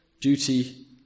duty